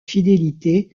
fidélité